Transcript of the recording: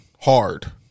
hard